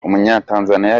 umunyatanzaniya